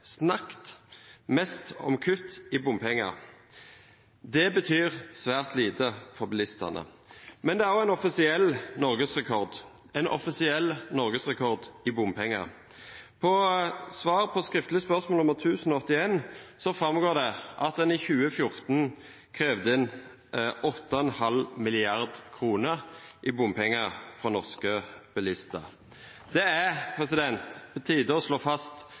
snakket – snakket – mest om kutt i bompenger. Det betyr svært lite for bilistene. Men det er også en offisiell norgesrekord – en offisiell norgesrekord i bompenger. Av svar på skriftlig spørsmål nr. 1 081 framgår det at en i 2014 krevde inn 8,5 mrd. kr i bompenger fra norske bilister. Det er på tide å slå fast